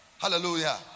Hallelujah